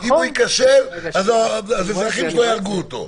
אם הוא ייכשל האזרחים שלו יאשימו אותו.